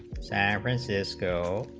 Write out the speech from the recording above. san francisco